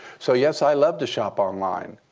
so yes, i love to shop online.